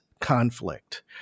conflict